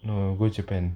no go japan